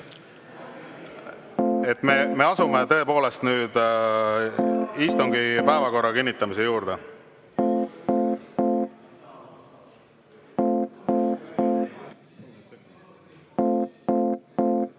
Me asume tõepoolest nüüd istungi päevakorra kinnitamise juurde.